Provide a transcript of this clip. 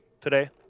today